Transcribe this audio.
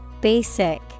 BASIC